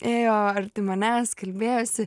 ėjo arti manęs kalbėjosi